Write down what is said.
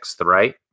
right